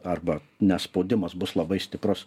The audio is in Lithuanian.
arba nes spaudimas bus labai stiprus